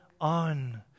on